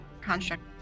construct